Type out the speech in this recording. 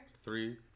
Three